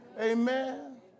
amen